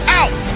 out